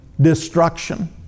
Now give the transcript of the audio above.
destruction